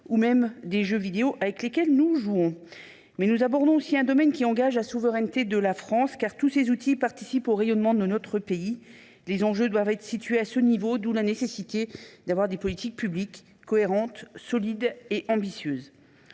ou même des jeux vidéo auxquels nous jouons. Nous abordons aussi un domaine qui engage la souveraineté de la France, car tous ces outils participent au rayonnement de notre pays. Les enjeux doivent être envisagés à ce niveau, d’où la nécessité d’avoir des politiques publiques, cohérentes, solides et ambitieuses.